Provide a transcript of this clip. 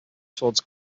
towards